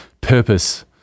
purpose